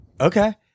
Okay